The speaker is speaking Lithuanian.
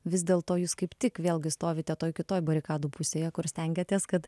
vis dėlto jūs kaip tik vėlgi stovite toj kitoj barikadų pusėje kur stengiatės kad